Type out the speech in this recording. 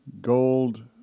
gold